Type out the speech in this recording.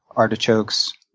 artichokes,